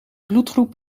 bloedgroep